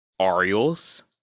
Ariels